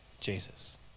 Jesus